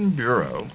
bureau